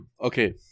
Okay